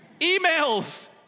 Emails